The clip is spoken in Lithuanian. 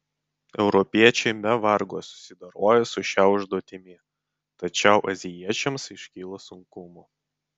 europiečiai be vargo susidorojo su šia užduotimi tačiau azijiečiams iškilo sunkumų